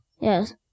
Yes